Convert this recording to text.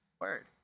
Word